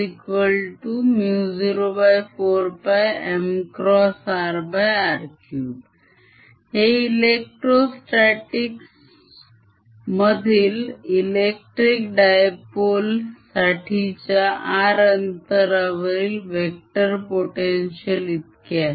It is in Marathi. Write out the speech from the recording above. Ar04πmrr3 हे electrostatics मधील इलेक्ट्रीकdipole साठीच्या r अंतरावरील वेक्टर potential इतके आहे